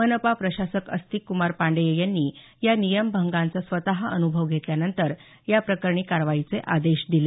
मनपा प्रशासक अस्तिककुमार पांडेय यांनी या नियमभंगाचा स्वतः अनुभव घेतल्यानंतर याप्रकरणी कारवाईचे आदेश दिले